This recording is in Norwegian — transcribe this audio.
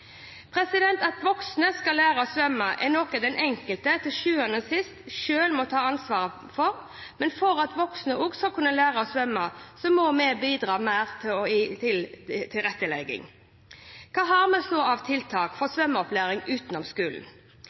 At voksne skal lære å svømme, er noe den enkelte til sjuende og sist selv må ta ansvar for, men for at voksne også skal få lære å svømme, må vi bidra mer med tilrettelegging. Hva har vi så av tiltak for svømmeopplæring utenom skolen?